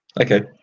okay